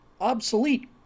obsolete